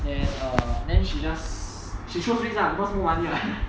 then err then she just she chose REIT lah because no more money lah